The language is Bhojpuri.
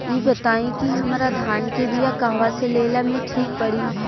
इ बताईं की हमरा धान के बिया कहवा से लेला मे ठीक पड़ी?